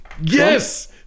Yes